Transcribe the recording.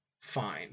fine